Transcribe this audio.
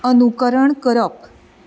अनुकरण करप